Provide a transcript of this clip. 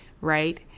right